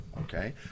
Okay